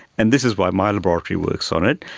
and this is why my laboratory works on it.